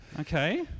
Okay